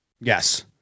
yes